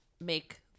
make